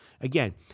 again